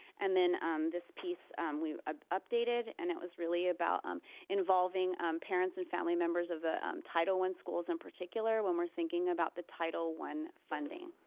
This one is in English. and then this piece we ah updated and it was really about um involving parents and family members of the title one schools in particular when we're thinking about the title one funding.